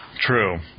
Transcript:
true